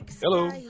Hello